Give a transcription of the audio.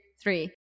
three